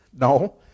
No